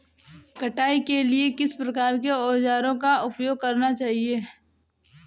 कटाई के लिए किस प्रकार के औज़ारों का उपयोग करना चाहिए?